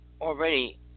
already